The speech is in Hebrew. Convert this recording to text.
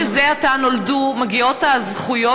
לתינוקות שזה עתה נולדו מגיעות הזכויות,